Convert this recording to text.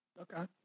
Okay